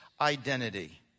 identity